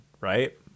right